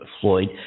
Floyd